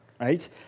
right